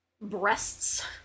breasts